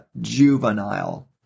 Juvenile